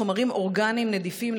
חומרים אורגניים נדיפים,